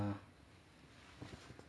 ah